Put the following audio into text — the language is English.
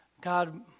God